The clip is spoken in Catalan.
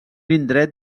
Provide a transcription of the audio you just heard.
indret